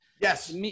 Yes